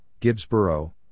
Gibbsboro